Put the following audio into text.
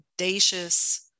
audacious